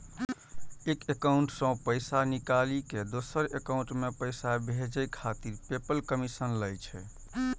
एक एकाउंट सं पैसा निकालि कें दोसर एकाउंट मे पैसा भेजै खातिर पेपल कमीशन लै छै